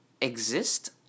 exist